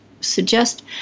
suggest